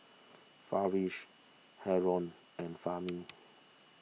Farish Haron and Fahmi